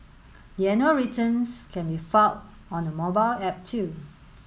the annual returns can be filed on a mobile app too